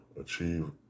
achieve